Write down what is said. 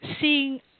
seeing